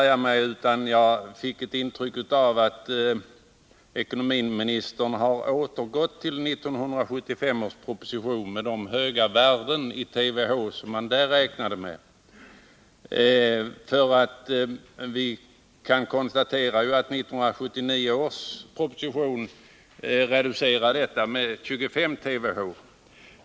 Jag fick ett intryck av att ekonomiministern har återgått till de höga värden som man räknade med i 1975 års proposition — i 1979 års proposition reducerades ju dessa värden med 25 TWh.